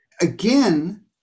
Again